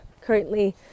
currently